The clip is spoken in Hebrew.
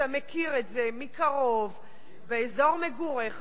אתה מכיר את זה מקרוב באזור מגוריך,